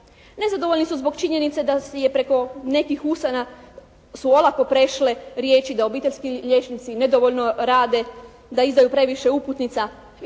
nezadovoljni su zbog činjenice da je preko nekih usana su olako prešle riječi da obiteljski liječnici nedovoljno rade, da izdaju previše uputnica. Bilo